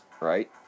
right